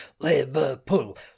Liverpool